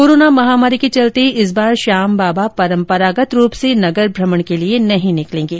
corona महामारी के चलते इस बार श्याम बाबा परंपरागत रूप से नगर भ्रमण के लिए नहीं निकलेंगे